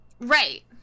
Right